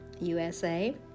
USA